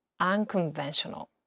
unconventional